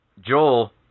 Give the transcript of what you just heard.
Joel